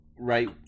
Right